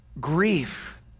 grief